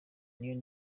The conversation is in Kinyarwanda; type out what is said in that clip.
niyo